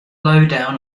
lowdown